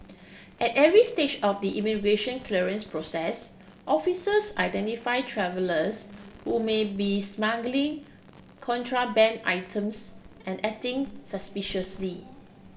at every stage of the immigration clearance process officers identify travellers who may be smuggling contraband items and acting suspiciously